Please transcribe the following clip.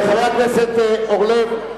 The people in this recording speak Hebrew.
חבר הכנסת אורלב,